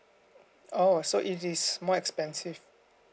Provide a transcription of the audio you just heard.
oh so it is more expensive